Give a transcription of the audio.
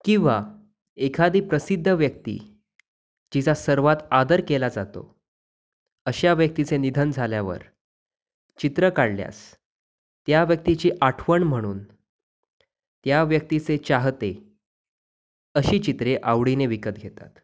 किंवा एखादी प्रसिद्ध व्यक्ती जिचा सर्वात आदर केला जातो अशा व्यक्तीचे निधन झाल्यावर चित्र काढल्यास त्या व्यक्तीची आठवण म्हणून त्या व्यक्तीचे चाहते अशी चित्रे आवडीने विकत घेतात